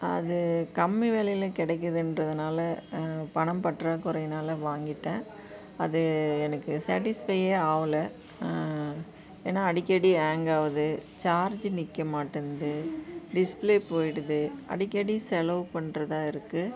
அது கம்மி வெலையில் கிடைக்கிதுன்றதுனால பணம் பற்றாக்குறைனால வாங்கிட்டேன் அது எனக்கு சேட்டிஸ்ஃபையே ஆவலை ஏன்னால் அடிக்கடி ஹேங் ஆகுது சார்ஜ் நிற்க மாட்டேங்குது டிஸ்பிளே போயிடுது அடிக்கடி செலவு பண்ணுறதா இருக்குது